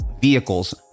vehicles